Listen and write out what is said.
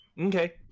Okay